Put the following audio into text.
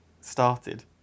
started